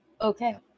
Okay